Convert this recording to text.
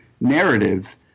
narrative